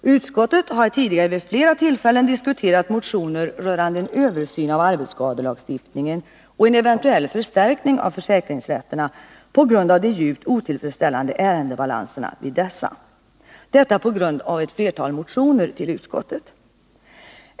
Utskottet har tidigare vid flera tillfällen diskuterat motioner rörande en översyn av arbetsskadelagstiftningen och en eventuell förstärkning av försäkringsrätterna på grund av de djupt otillfredsställande ärendebalanserna vid dessa. Utskottet har gjort detta på grund av ett flertal motioner i ämnet.